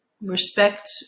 respect